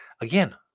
Again